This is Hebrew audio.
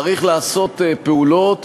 צריך לעשות פעולות